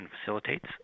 facilitates